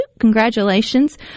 congratulations